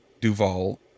Duval